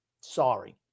Sorry